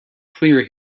clear